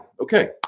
okay